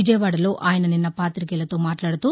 విజయవాడలో ఆయసనిన్న పాతికేయులతో మాట్లాడుతూ